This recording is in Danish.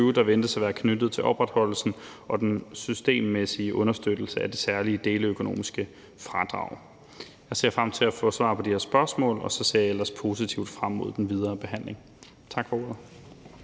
der ventes at være knyttet til opretholdelsen og den systemmæssige understøttelse af det særlige deleøkonomiske fradrag. Jeg ser frem til at få svar på de her spørgsmål, og så ser jeg ellers positivt frem mod den videre behandling. Tak for ordet.